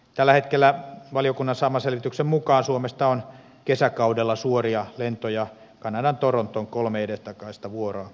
tällä hetkellä valiokunnan saaman selvityksen mukaan suomesta on kesäkaudella suoria lentoja kanadan torontoon kolme edestakaista vuoroa viikossa